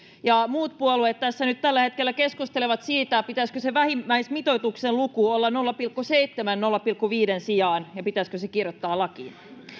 muut puolueet tässä nyt tällä hetkellä keskustelevat siitä pitäisikö sen vähimmäismitoituksen luvun olla nolla pilkku seitsemän luvun nolla pilkku viiteen sijaan ja pitäisikö se kirjoittaa lakiin